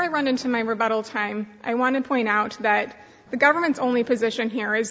i run into my rebuttal time i want to point out that the government's only position here is